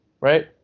right